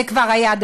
זה כבר היה,